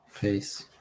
Peace